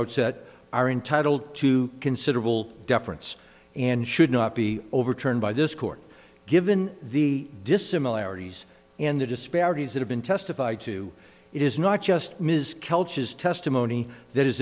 outset are entitled to considerable deference and should not be overturned by this court given the dissimilarities and the disparities that have been testified to it is not just ms kelch is testimony that is